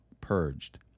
purged